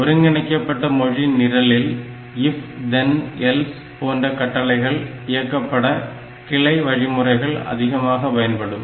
ஒருங்கிணைக்கப்பட்ட மொழி நிரலில் If then else போன்ற கட்டளைகள் இயக்கப்பட கிளை வழிமுறைகள் அதிகமாக பயன்படும்